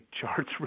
charts